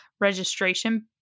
registration